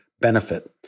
benefit